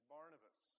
Barnabas